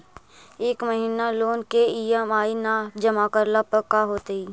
एक महिना लोन के ई.एम.आई न जमा करला पर का होतइ?